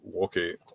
okay